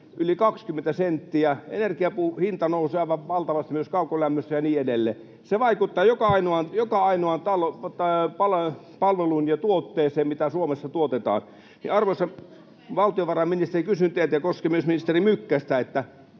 yli 20 senttiä. Energian hinta nousee aivan valtavasti myös kaukolämmössä, ja niin edelleen. Se vaikuttaa joka ainoaan palveluun ja tuotteeseen, mitä Suomessa tuotetaan. [Sanna Antikainen: Te ajatte turpeen alas!] Arvoisa valtiovarainministeri, kysyn teiltä, ja koskee myös ministeri Mykkästä: